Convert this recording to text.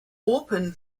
open